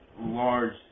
large